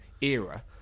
era